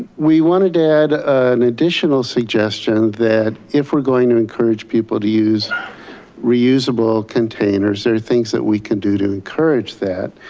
we wanted to add an additional suggestion that if we're going to encourage people to use reusable containers, there are things that we could do to encourage that.